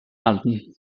halten